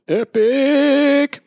epic